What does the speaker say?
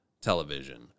television